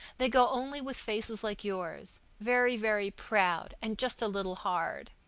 they go only with faces like yours very, very proud, and just a little hard.